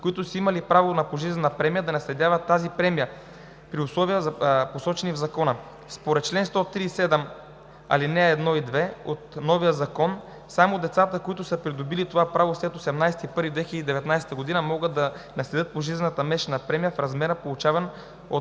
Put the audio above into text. които са имали право на пожизнена премия да наследяват тази премия, при условия, посочени в Закона. Според чл. 137, алинеи 1 и 2 от новия закон само децата, които са придобили това право след 18 януари 2019 г., могат да наследят пожизнената месечна премия в размера, получаван от